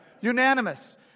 Unanimous